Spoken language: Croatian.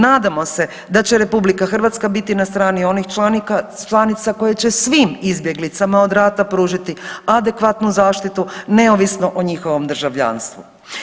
Nadamo se da će RH biti na strani onih članica koje će svim izbjeglicama od rata pružiti adekvatnu zaštitu neovisno o njihovom državljanstvu.